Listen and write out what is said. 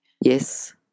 Yes